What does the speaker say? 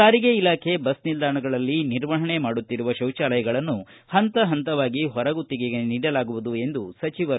ಸಾರಿಗೆ ಇಲಾಖೆ ಬಸ್ ನಿಲ್ದಾಣಗಳಲ್ಲಿ ನಿರ್ವಹಣೆ ಮಾಡುತ್ತಿರುವ ಶೌಚಾಲಯಗಳನ್ನು ಹಂತ ಹಂತವಾಗಿ ಹೊರಗುತ್ತಿಗೆ ನೀಡಲಾಗುವುದು ಎಂದರು